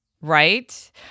Right